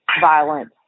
violent